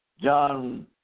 John